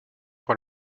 pour